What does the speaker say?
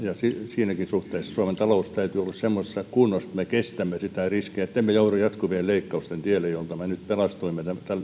siinäkin suhteessa suomen talouden täytyy olla semmoisessa kunnossa että me kestämme niitä riskejä niin että emme joudu jatkuvien leikkausten tielle joilta me nyt olemme